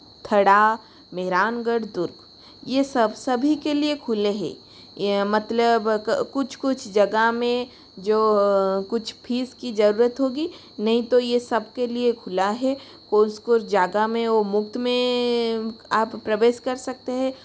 खड़ा मेहरानगढ़ दुर्ग ये सब सभी के लिए खुले हैं ये मतलब कुछ कुछ जगह में जो कुछ फीस की ज़रूरत होगी नहीं तो ये सबके लिए खुला है कुछ कुछ जगह में आप ओ मुफ़्त में आप प्रवेश कर सकते हैं